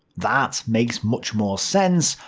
that makes much more sense,